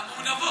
למה הוא נבוך.